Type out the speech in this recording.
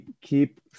Keep